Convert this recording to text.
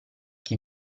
chi